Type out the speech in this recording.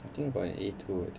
I think I got an A two I think